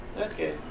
Okay